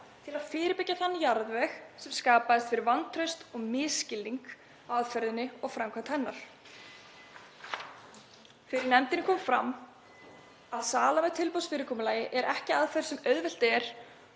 til að fyrirbyggja þann jarðveg sem skapaðist fyrir vantraust og misskilning á aðferðinni og framkvæmd hennar. Fyrir nefndinni kom fram að sala með tilboðsfyrirkomulagi er ekki aðferð sem auðvelt er